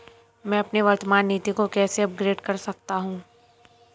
मैं अपनी वर्तमान नीति को कैसे अपग्रेड कर सकता हूँ?